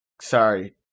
sorry